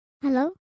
Hello